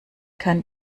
kann